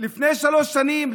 לפני שלוש שנים,